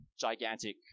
gigantic